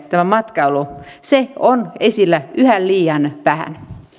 tämä matkailu on esillä yhä liian vähän